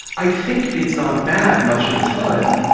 i think it's not bad much of the time.